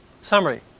Summary